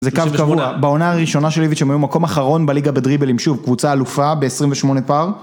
זה קו קבוע, בעונה הראשונה של ליביץ' הם היו מקום אחרון בליגה בדריבלים, שוב קבוצה אלופה ב-28 פער.